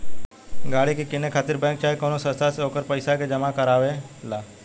गाड़ी के किने खातिर बैंक चाहे कवनो संस्था से ओकर पइसा के जामा करवावे ला